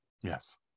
Yes